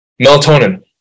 melatonin